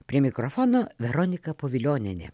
prie mikrofono veronika povilionienė